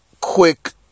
quick